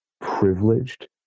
privileged